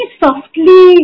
softly